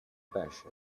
pesce